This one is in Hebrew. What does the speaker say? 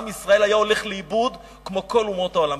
עם ישראל היה הולך לאיבוד כמו כל אומות העולם,